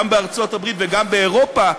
גם בארצות-הברית וגם באירופה,